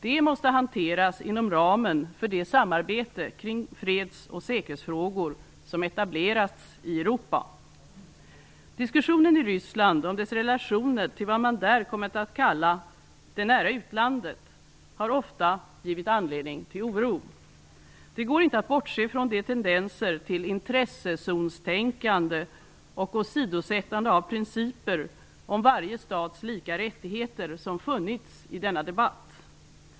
De måste hanteras inom ramen för det samarbete kring freds och säkerhetsfrågor som etablerats i Europa. Diskussionen i Ryssland om dess relationer till vad man där kommit att kalla ''det nära utlandet'' har ofta givit anledning till oro. Det går inte att bortse från de tendenser till intressezonstänkande och åsidosättande av principen om varje stats lika rättigheter som funnits i denna debatt.